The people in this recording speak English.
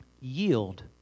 Yield